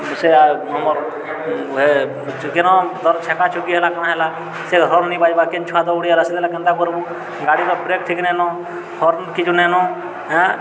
ସେ ଆମର୍ ହେ ଛକେ ନ ଧର୍ ଛେକାଛୁକି ହେଲା କା'ଣା ହେଲା ସେ ହର୍ନ ନି ବାଜ୍ବାର୍ କେନ୍ ଛୁଆ ଦୌଡ଼ି ଆଏଲା ସେଦିନ କେନ୍ତା କର୍ବୁ ଗାଡ଼ିର ବ୍ରେକ୍ ଠିକ୍ ନାଇ ନ ହର୍ନ ଠିକ୍ ନାଇ ନ ହାଏଁ